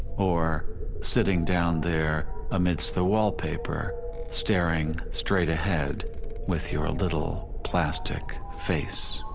or sitting down there amidst the wallpaper staring straight ahead with your little plastic face?